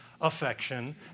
affection